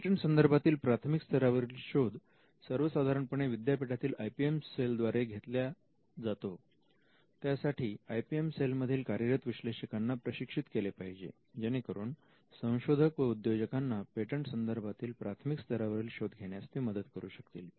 patent संदर्भातील प्राथमिक स्तरावरील शोध सर्वसाधारणपणे विद्यापीठातील आय पी एम सेल द्वारे घेतल्या जातो त्यासाठी आय पी एम सेल मधील कार्यरत विश्लेषकांना प्रशिक्षित केले पाहिजे जेणेकरून संशोधक व उद्योजकांना पेटंट संदर्भातील प्राथमिक स्तरावरील शोध घेण्यास ते मदत करू शकतील